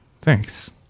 Thanks